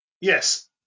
Yes